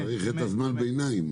צריך את זמן הביניים.